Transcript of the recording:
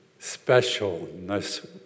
specialness